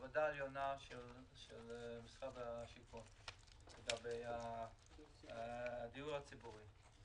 לוועדה העליונה של משרד השיכון לגבי הדיור הציבורי.